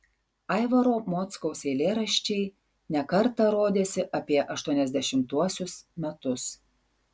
aivaro mockaus eilėraščiai ne kartą rodėsi apie aštuoniasdešimtuosius metus